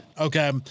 Okay